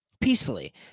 peacefully